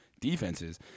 defenses